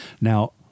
Now